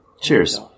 Cheers